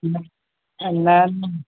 न न